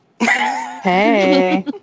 Hey